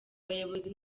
abayobozi